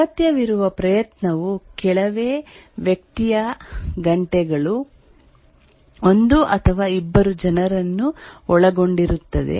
ಅಗತ್ಯವಿರುವ ಪ್ರಯತ್ನವು ಕೆಲವೇ ವ್ಯಕ್ತಿಯಾ ಗಂಟೆಗಳು ಒಂದು ಅಥವಾ ಇಬ್ಬರ ಜನರನ್ನು ಒಳಗೊಂಡಿರುತ್ತದೆ